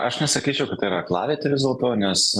aš nesakyčiau kad tai yra aklavietė vis dėlto nes